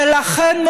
ולכן,